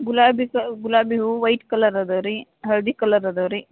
ಗುಲಾಬಿ ಸಾ ಗುಲಾಬಿ ಹೂ ವೈಟ್ ಕಲರ್ ಅದವೆ ರೀ ಹಳದಿ ಕಲರ್ ಅದವೆ ರೀ